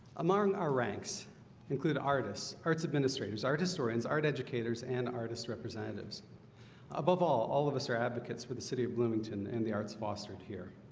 among our ranks include artists arts administrators art historians art educators and artists representatives above all all of us are advocates for the city of bloomington and the arts fostered here